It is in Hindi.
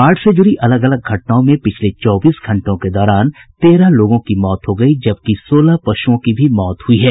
बाढ़ से जुड़ी है अलग अलग घटनाओं में पिछले चौबीस घंटों के दौरान तेरह लोगों की मौत हो गयी जबकि सोलह पशुओं की भी मौत हुई है